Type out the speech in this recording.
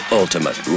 ultimate